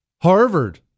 Harvard